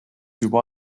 juba